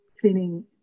cleaning